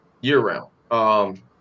year-round